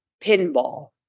pinball